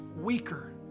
weaker